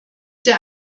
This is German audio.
der